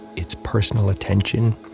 it's personal attention,